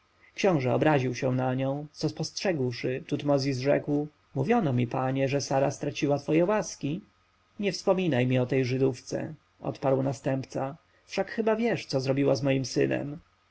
książę obraził się na nią co spostrzegłszy tutmozis rzekł mówiono mi panie że sara straciła twoje łaski nie wspominaj mi o tej żydówce odparł następca wszak chyba wiesz co zrobiła z moim synem